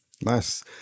Nice